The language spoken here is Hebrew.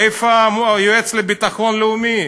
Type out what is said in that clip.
איפה היועץ לביטחון לאומי?